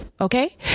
okay